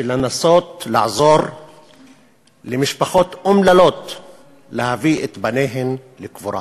של לנסות לעזור למשפחות אומללות להביא את בניהן לקבורה.